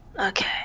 Okay